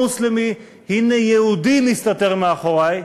הו מוסלמי, הנה יהודי מסתתר מאחורי,